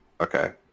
Okay